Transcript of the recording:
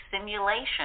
simulation